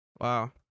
Wow